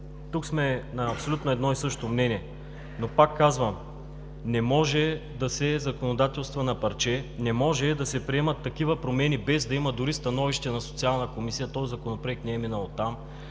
тук сме абсолютно на едно и също мнение, но пак казвам, не може да се законодателства на парче, не може да се приемат такива промени, без да има дори становище на Социалната комисия. Този Законопроект не е минал оттам.